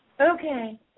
Okay